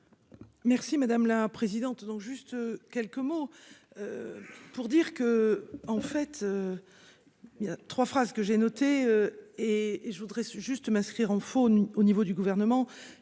Merci madame la présidente. Donc, juste quelques mots. Pour dire que en fait. Il y a 3 phrases que j'ai noté et je voudrais juste m'inscrire en faux au niveau du gouvernement,